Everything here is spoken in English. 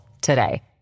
today